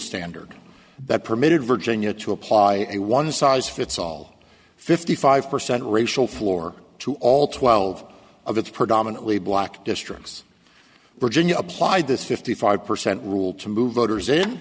standard that permitted virginia to apply a one size fits all fifty five percent racial floor to all twelve of its predominantly black districts virginia applied this fifty five percent rule to move voters in